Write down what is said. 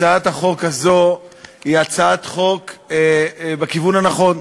הצעת החוק הזאת היא הצעת חוק בכיוון הנכון,